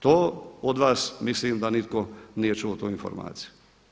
To od vas mislim da nitko nije čuo tu informaciju.